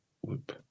whoop